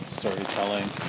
storytelling